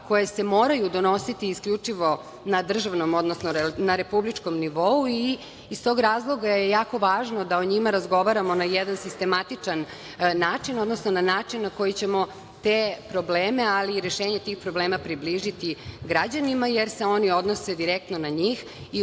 koje se moraju donositi isključivo na državnom, odnosno na republičkom nivou. Iz tog razloga je jako važno da o njima razgovaramo na jedan sistematičan način, odnosno na način na koji ćemo te probleme, ali i rešenja tih problema približiti građanima, jer se oni odnose direktno na njih i